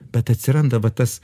bet atsiranda va tas